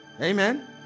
Amen